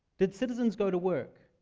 did citizens go to work